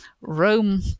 Rome